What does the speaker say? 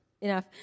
enough